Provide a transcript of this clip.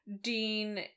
Dean